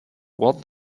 was